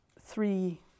three